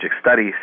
studies